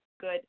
good